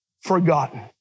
forgotten